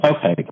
Okay